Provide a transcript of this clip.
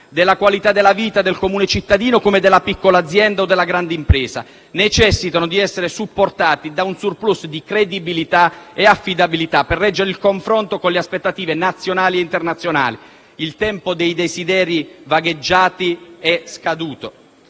della qualità della vita del comune cittadino come della piccola azienda o della grande impresa, necessitano di essere supportati da un *surplus* di credibilità e affidabilità per reggere il confronto con le aspettative nazionali e internazionali. Il tempo dei desideri vagheggiati è scaduto: